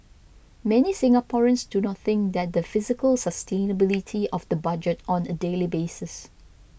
many Singaporeans do not think that the fiscal sustainability of the budget on a daily basis